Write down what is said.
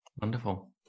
wonderful